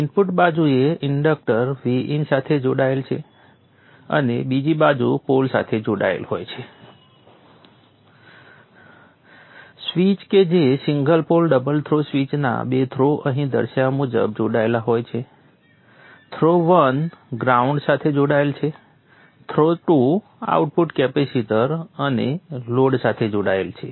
input બાજુએ inductance Vin સાથે જોડાયેલ છે અને બીજી બાજુ પોલ સાથે જોડાયેલ હોય છે સ્વિચ કે જે સિંગલ પોલ ડબલ થ્રો સ્વિચના બે થ્રો અહીં દર્શાવ્યા મુજબ જોડાયેલા હોય છે થ્રો 1 ગ્રાઉન્ડ સાથે જોડાયેલ છે થ્રો 2 આઉટપુટ કેપેસિટર અને લોડ સાથે જોડાયેલ છે